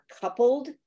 coupled